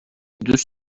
دوس